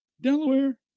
Delaware